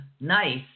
Nice